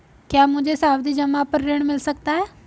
क्या मुझे सावधि जमा पर ऋण मिल सकता है?